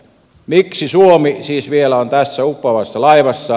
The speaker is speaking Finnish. miksi suomi siis vielä on tässä uppoavassa laivassa